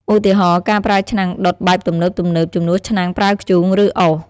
ឧទាហរណ៍ ការប្រើឆ្នាំងដុតបែបទំនើបៗជំនួសឆ្នាំងប្រើធ្បូង ឬអុស។